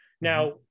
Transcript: Now